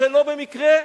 שלא במקרה?